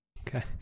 Okay